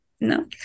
no